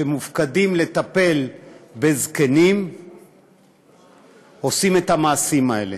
שמופקדים על טיפול בזקנים עושים את המעשים האלה?